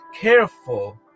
careful